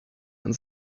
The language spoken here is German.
ins